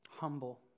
humble